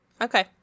Okay